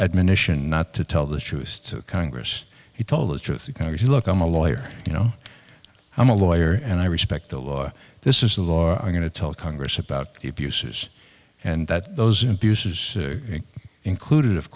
admonition not to tell the truest congress he told the truth because you look i'm a lawyer you know i'm a lawyer and i respect the law this is the law i'm going to tell congress about the abuses and that those infuses included of